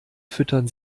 füttern